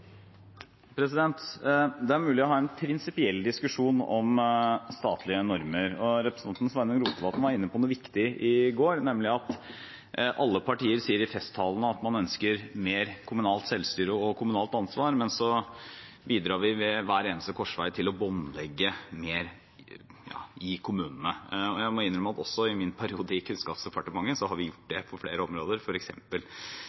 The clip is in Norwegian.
mulig å ha en prinsipiell diskusjon om statlige normer, og representanten Sveinung Rotevatn var inne på noe viktig i går, nemlig at alle partier sier i festtalene at man ønsker mer kommunalt selvstyre og kommunalt ansvar, men så bidrar vi ved hver eneste korsvei til å båndlegge mer i kommunene. Jeg må innrømme at også i min periode i Kunnskapsdepartementet har vi gjort